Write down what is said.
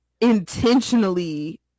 intentionally